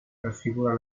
raffigura